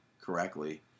correctly